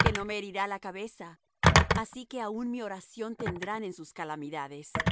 que no me herirá la cabeza así que aun mi oración tendrán en sus calamidades